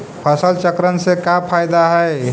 फसल चक्रण से का फ़ायदा हई?